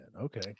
Okay